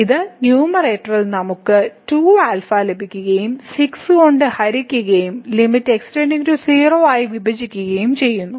ഇത് ന്യൂമറേറ്ററിൽ നമുക്ക് 2α ലഭിക്കുകയും 6 കൊണ്ട് ഹരിക്കുകയും ലിമിറ്റ് x → 0 ആയി വിഭജിക്കുകയും ചെയ്യുന്നു